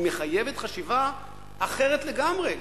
היא מחייבת חשיבה אחרת לגמרי,